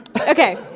Okay